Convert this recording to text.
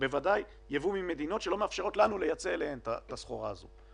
בוודאי ממדינות שלא מאפשרות לנו לייצא אליהן את הסחורה הזו.